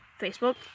Facebook